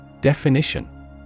Definition